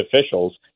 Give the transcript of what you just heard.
officials